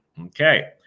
Okay